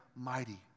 mighty